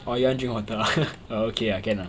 oh you want drink water ah err okay ah can lah